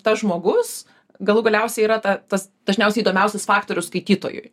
tas žmogus galų galiausiai yra ta tas dažniausiai įdomiausias faktorius skaitytojui